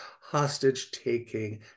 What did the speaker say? hostage-taking